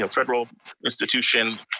you know federal institution.